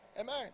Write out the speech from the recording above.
Amen